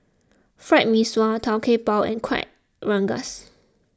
Fried Mee Sua Tau Kwa Pau and Kueh Rengas